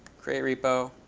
create repo.